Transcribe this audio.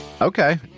Okay